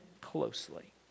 closely